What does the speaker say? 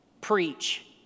preach